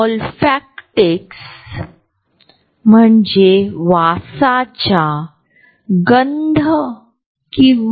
तर मग वैयक्तिक जागेचा अर्थ काय